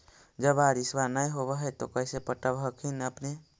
जब बारिसबा नय होब है तो कैसे पटब हखिन अपने?